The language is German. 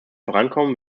vorankommen